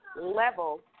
Level